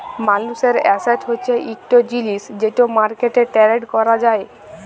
মালুসের এসেট হছে ইকট জিলিস যেট মার্কেটে টেরেড ক্যরা যায়